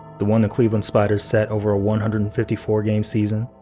the one that cleveland spiders set over a one hundred and fifty four game season?